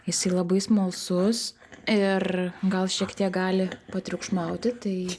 jisai labai smalsus ir gal šiek tiek gali patriukšmauti tai